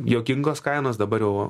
juokingos kainos dabar jau